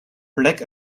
black